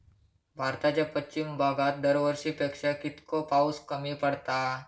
भारताच्या पश्चिम भागात दरवर्षी पेक्षा कीतको पाऊस कमी पडता?